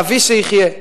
מאבי שיחיה,